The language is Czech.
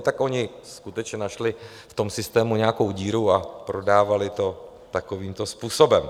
Tak oni skutečně našli v tom systému nějakou díru a prodávali to takovýmto způsobem.